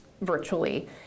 virtually